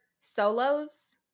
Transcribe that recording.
solos